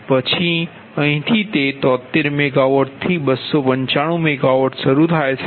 પછી અહીંથી તે 73 MW થી 295 MW શરૂ થાય છે